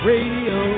Radio